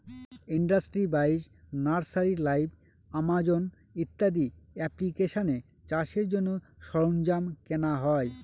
industry বাইশ, nursery live, Amazon ইত্যাদি এপ্লিকেশানে চাষের জন্য সরঞ্জাম কেনা হয়